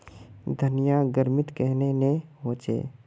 धनिया गर्मित कन्हे ने होचे?